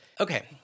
Okay